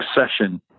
Succession